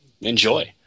enjoy